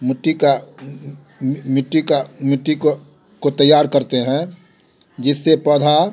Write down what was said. मिट्टी का मिट्टी का मिट्टी को को तैयार करते हैं जिससे पौधा